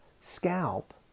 scalp